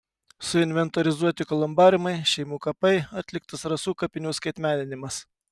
suinventorizuoti kolumbariumai šeimų kapai atliktas rasų kapinių skaitmeninimas